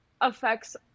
affects